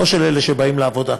לא של אלה שבאים לעבודה.